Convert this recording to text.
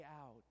out